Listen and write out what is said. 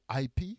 IP